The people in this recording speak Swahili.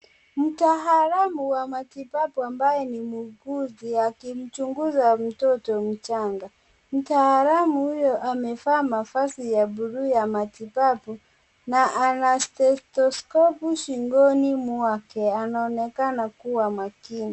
Mtaalamu wa matibabu ambaye ni muuguzi, akimchunguza mtoto mchanga. Mtaalamu huyo, amevaa mavazi ya buluu ya matibabu na ana stetoskopu shingoni mwake. Anaonekana kuwa makini.